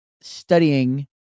studying